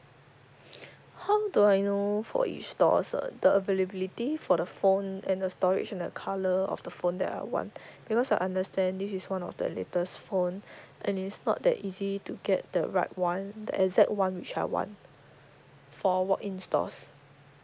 how do I know for each stores uh the availability for the phone and the storage and the colour of the phone that I want because I understand this is one of the latest phone and is not that easy to get the right one the exact one which I want for walk in stores